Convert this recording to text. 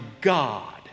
God